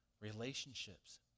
Relationships